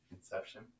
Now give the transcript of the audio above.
Inception